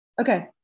Okay